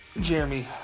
Jeremy